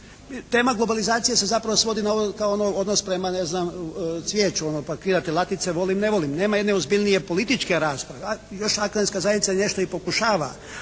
Tema globalizacije se zapravo svodi kao na odnos prema ne znam cvijeću, ono pa kidate latice volim, ne volim. Nema jedne ozbiljnije političke rasprave. Još akademska zajednica nešto i pokušava,